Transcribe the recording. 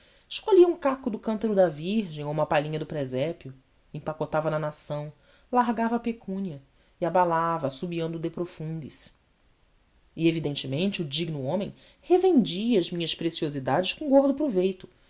escolhia um caco do cântaro da virgem ou uma palhinha do presépio empacotava na nação largava a pecúnia e abalava assobiando o de profundis e evidentemente o digno homem revendia as minhas preciosidades com gordo provento